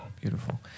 Beautiful